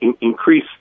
increase